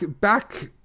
back